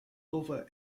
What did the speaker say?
over